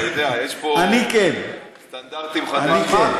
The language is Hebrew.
אתה יודע, יש פה סטנדרטים חדשים.